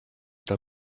del